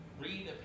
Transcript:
read